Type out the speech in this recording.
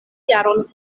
jaron